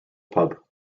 pub